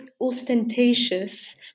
ostentatious